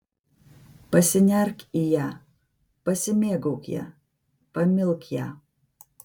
pasinerk į ją pasimėgauk ja pamilk ją